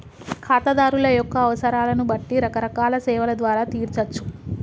ఖాతాదారుల యొక్క అవసరాలను బట్టి రకరకాల సేవల ద్వారా తీర్చచ్చు